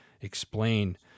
explain